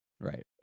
Right